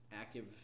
active